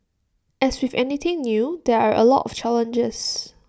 as with anything new there are A lot of challenges